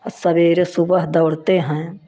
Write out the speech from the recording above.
सबेरे सुबह दौड़ते हैं